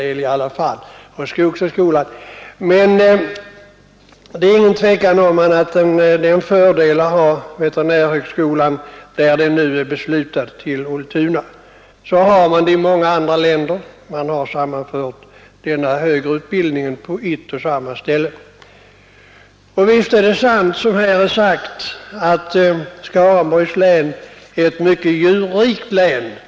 Det är ingen tvekan om att det är en fördel att ha veterinärhögskolan i Ultuna. Så har man det i många andra länder; man har sammanfört denna högre utbildning på ett och samma ställe. Visst är det sant som det är sagt att Skaraborgs län är mycket djurrikt.